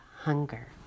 hunger